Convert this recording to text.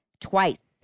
twice